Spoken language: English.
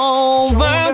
over